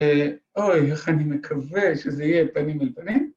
‫אוי, איך אני מקווה ‫שזה יהיה פנים אל פנים.